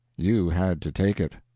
you had to take it.